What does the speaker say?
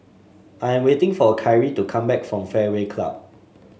I am waiting for Kyree to come back from Fairway Club